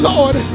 Lord